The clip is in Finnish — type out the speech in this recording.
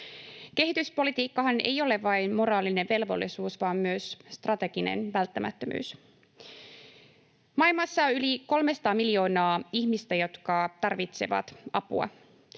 Kehityspolitiikkahan ei ole vain moraalinen velvollisuus vaan myös strateginen välttämättömyys. Maailmassa on yli 300 miljoonaa ihmistä, jotka tarvitsevat apua.